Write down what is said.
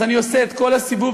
אז אני עושה את כל הסיבוב,